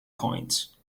coins